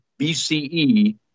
BCE